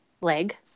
leg